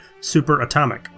superatomic